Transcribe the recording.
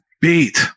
beat